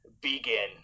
begin